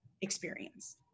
experience